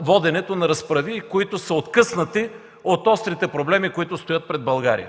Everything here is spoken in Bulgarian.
воденето на разправии, които са откъснати от острите проблеми, стоящи пред България.